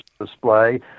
display